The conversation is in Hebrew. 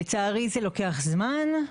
לצערי, זה לוקח זמן.